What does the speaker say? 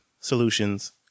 solutions